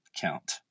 count